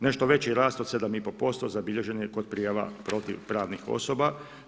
Nešto veći rast od 7,5% zabilježen je kod prijava protiv pravnih osoba.